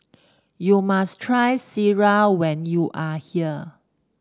you must try Sireh when you are here